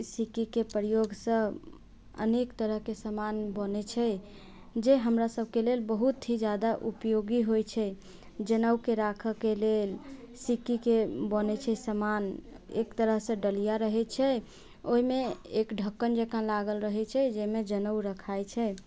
सिक्कीके प्रयोगसँ अनेक तरहके समान बनै छै जे हमरा सभके लेल बहुत ही जादा उपयोगी होइ छै जनेऊके राखऽके लेल सिक्कीके बनै छै समान एक तरहसँ डलिया रहै छै ओहिमे एक ढक्कन जेकाँ लागल रहै छै जाहिमे जनेऊ रखाइ छै